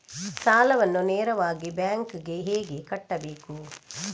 ಸಾಲವನ್ನು ನೇರವಾಗಿ ಬ್ಯಾಂಕ್ ಗೆ ಹೇಗೆ ಕಟ್ಟಬೇಕು?